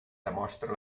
demostra